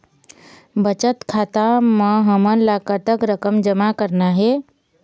बचत खाता म हमन ला कतक रकम जमा करना हे?